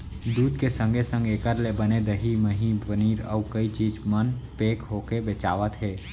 दूद के संगे संग एकर ले बने दही, मही, पनीर, अउ कई चीज मन पेक होके बेचावत हें